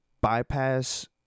bypass